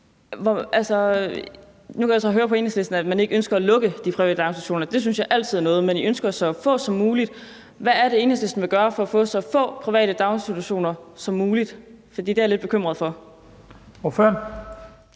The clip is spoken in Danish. Nu kan jeg så høre på Enhedslistens ordfører, at man ikke ønsker at lukke de private daginstitutioner, og det er da altid noget, men I ønsker, at der skal være så få som muligt. Hvad er det, Enhedslisten vil gøre for at få så få private daginstitutioner som muligt? For det er jeg lidt bekymret for.